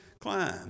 climb